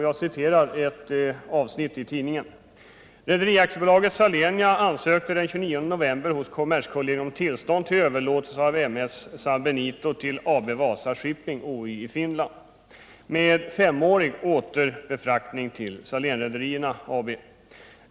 Jag citerar ett avsnitt ur nämnda tidning: ”Rederi AB Salenia ansökte den 29 november hos kommerskollegium om tillstånd till överlåtelse av m/s San Benito till AB Wasa Shipping Oy i Finland, med femårig återbefraktning till Salénrederierna AB.